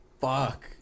Fuck